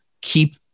Keep